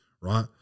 right